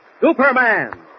Superman